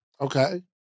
Okay